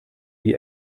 die